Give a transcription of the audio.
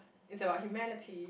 it's about humanity